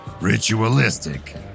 ritualistic